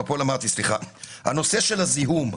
הנושא של הזיהום.